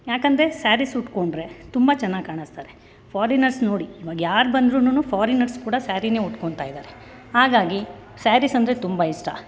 ಏಕೆಂದ್ರೆ ಸ್ಯಾರೀಸ್ ಉಟ್ಕೊಂಡ್ರೆ ತುಂಬ ಚೆನ್ನಾಗಿ ಕಾಣಿಸ್ತಾರೆ ಫಾರಿನರ್ಸ್ ನೋಡಿ ಇವಾಗ ಯಾರು ಬಂದ್ರೂನು ಫಾರಿನರ್ಸ್ ಕೂಡ ಸ್ಯಾರಿನೇ ಉಟ್ಕೊಳ್ತಾ ಇದ್ದಾರೆ ಹಾಗಾಗಿ ಸ್ಯಾರೀಸೆಂದ್ರೆ ತುಂಬ ಇಷ್ಟ